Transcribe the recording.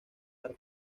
dar